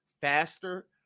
faster